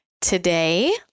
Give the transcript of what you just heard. today